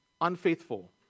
unfaithful